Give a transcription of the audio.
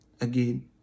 Again